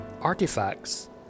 artifacts